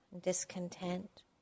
Discontent